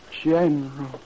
General